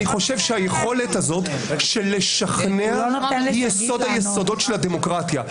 אני חושב שהיכולת הזאת לשכנע היא יסוד היסודות של הדמוקרטיה,